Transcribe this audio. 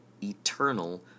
Eternal